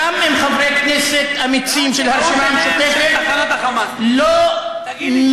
אתה עושה כראות עיניהם של תחנות ה"חמאס".